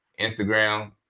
Instagram